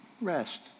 rest